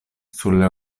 sulle